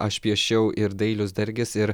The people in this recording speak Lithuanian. aš piešiau ir dailius dargis ir